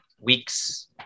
Weeks